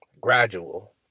gradual